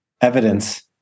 evidence